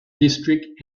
district